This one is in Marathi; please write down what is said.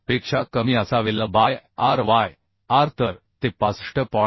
7 पेक्षा कमी असावे L बाय r yr तर ते 65